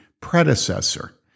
predecessor